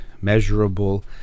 measurable